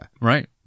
Right